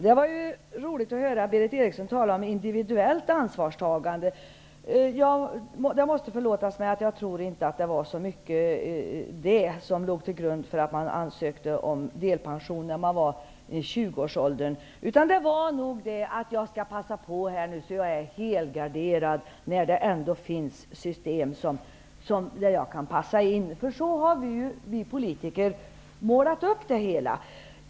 Herr talman! Det var roligt att höra Berith Eriksson tala om individuellt ansvarstagande. Det måste förlåtas mig att jag inte tror att det var så mycket det som låg till grund för att de som var i tjugoårsåldern ansökte om delpension. Det var nog tanken: Jag skall passa på så att jag är helgarderad när det ändå finns system där jag kan passa in. Så har vi politiker ju målat upp det hela.